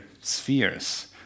spheres